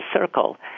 circle